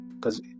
cause